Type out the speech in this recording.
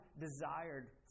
desired